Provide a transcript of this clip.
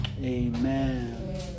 Amen